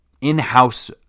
in-house